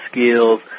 skills